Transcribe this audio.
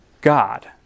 God